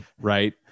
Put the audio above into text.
right